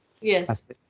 Yes